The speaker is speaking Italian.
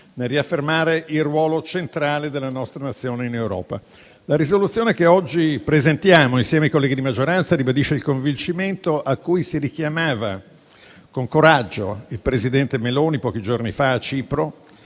nel riaffermare il ruolo centrale della nostra Nazione in Europa. La risoluzione che oggi presentiamo insieme ai colleghi di maggioranza ribadisce il convincimento a cui si richiamava con coraggio il presidente Meloni pochi giorni fa a Cipro,